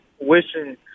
wishing